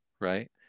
right